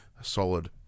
solid